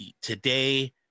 Today